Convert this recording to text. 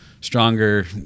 stronger